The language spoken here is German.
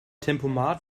tempomat